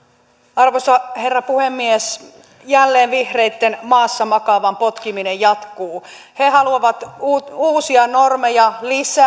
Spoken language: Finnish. arvoisa herra puhemies jälleen vihreillä maassa makaavan potkiminen jatkuu he haluavat uusia normeja lisää